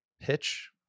pitch